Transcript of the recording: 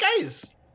Guys